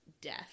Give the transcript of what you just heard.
death